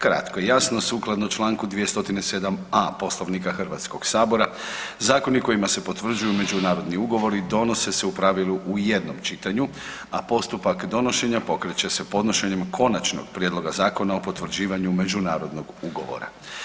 Kratko i jasno, sukladno 207. a Poslovnika Hrvatskog sabora, zakoni kojima se potvrđuju međunarodni ugovori, donose se u pravilu u jednom čitanju a postupak donošenja pokreće se podnošenjem Konačnog prijedloga Zakona o potvrđivanju međunarodnog ugovora.